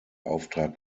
auftrag